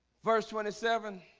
verse twenty seven.